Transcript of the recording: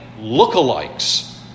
lookalikes